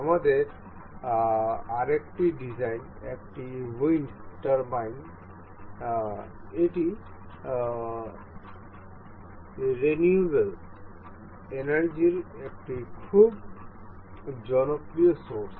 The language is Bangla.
আমাদের আরেকটি ডিজাইন একটি উইন্ড টারবাইন এটি রিনিউয়েবল এনার্জির একটি খুব জনপ্রিয় উত্স